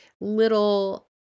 little